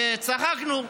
וצחקנו,